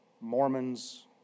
Mormons